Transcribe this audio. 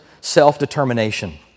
self-determination